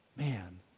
man